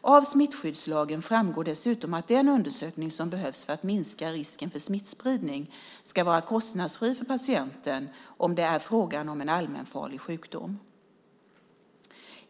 Av smittskyddslagen framgår dessutom att den undersökning som behövs för att minska risken för smittspridning ska vara kostnadsfri för patienten om det är fråga om en allmänfarlig sjukdom.